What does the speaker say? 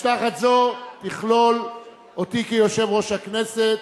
משלחת זו תכלול אותי כיושב-ראש הכנסת,